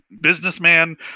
businessman